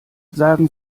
sagen